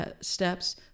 steps